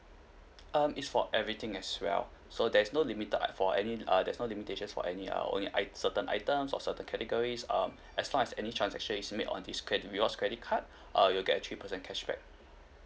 um is for everything as well so there's no limited un~ for any err there's not limitations for any uh only i~ certain items or certain categories um as long as any transaction is made on this credit rewards credit card err you will get a three percent cashback